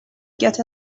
get